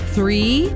Three